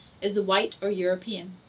is the white or european,